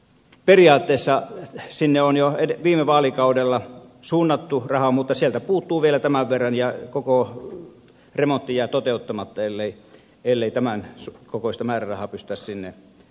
periaatteessa sinne on jo viime vaalikaudella suunnattu rahaa mutta sieltä puuttuu vielä tämän verran ja koko remontti jää toteuttamatta ellei tämän kokoista määrärahaa pystytä sinne suuntaamaan